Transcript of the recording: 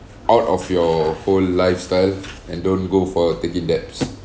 out of your whole lifestyle and don't go for taking debts